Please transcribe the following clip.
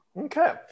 Okay